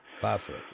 Five-foot